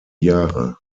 jahre